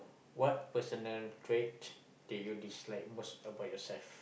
what personality trait did you dislike most about yourself